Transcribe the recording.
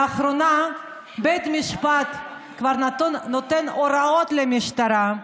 לאחרונה בית המשפט כבר נותן הוראות למשטרה.